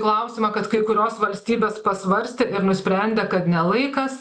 klausimą kad kai kurios valstybės pasvarstė ir nusprendė kad ne laikas